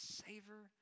savor